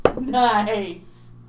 Nice